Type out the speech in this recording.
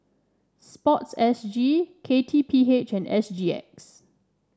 sports S G K T P H and S G X